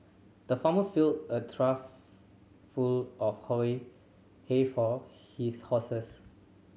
the farmer filled a trough full of hay hay for his horses